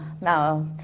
Now